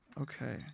Okay